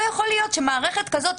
לא יכול להיות שמערכת כזאת,